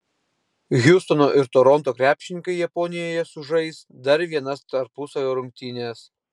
hjustono ir toronto krepšininkai japonijoje sužais dar vienas tarpusavio rungtynes